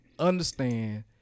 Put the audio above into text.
Understand